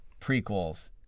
prequels